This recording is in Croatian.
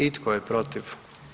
I tko je protiv?